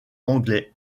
anglais